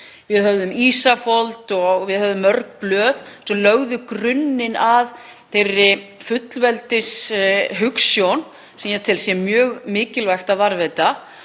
Við höfðum Ísafold og við höfðum mörg blöð sem lögðu grunninn að þeirri fullveldishugsjón sem ég tel að sé mjög mikilvægt að varðveita.